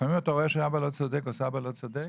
לפעמים אתה רואה שאבא לא צודק או סבא לא צודק,